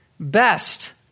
Best